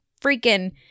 freaking